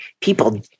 people